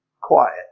quiet